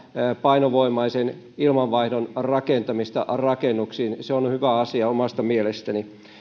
painovoimaisen ilmanvaihdon rakentamista rakennuksiin se on hyvä asia omasta mielestäni